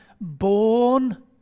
born